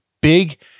big